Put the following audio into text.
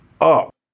up